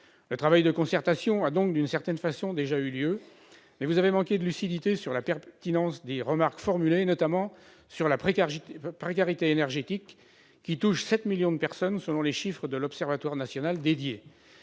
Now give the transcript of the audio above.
Le travail de concertation a donc, d'une certaine façon, déjà eu lieu, monsieur le ministre d'État, mais vous avez manqué de lucidité sur la pertinence des remarques formulées, notamment sur la précarité énergétique, qui touche 7 millions de personnes selon les chiffres de l'Observatoire national dédié